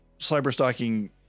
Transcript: cyber-stalking